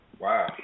Wow